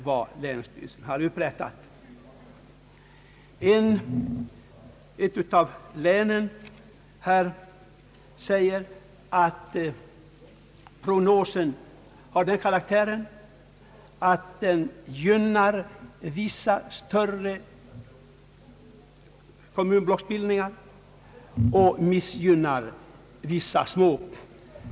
Från ett av länen sägs att prognosen gynnar vissa större kommunblocksbildningar och missgynnar vissa små.